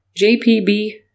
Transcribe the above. JPB